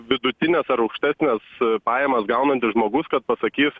vidutines ar aukštesnes pajamas gaunantis žmogus kad pasakys